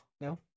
no